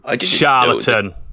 Charlatan